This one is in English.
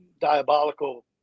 diabolical